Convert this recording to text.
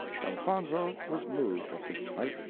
elfonzo was moved at this sight.